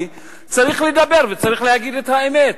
צריך לדבר בהרחבה וצריך להגיד את האמת.